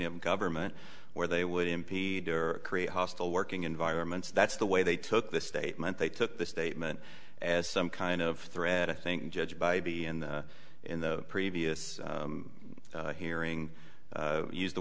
of government or they would impede or create a hostile working environments that's the way they took the statement they took the statement as some kind of threat i think judge by b in the in the previous hearing used the